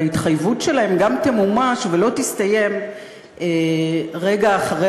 וההתחייבות שלהם גם תמומש ולא תסתיים רגע אחרי